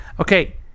Okay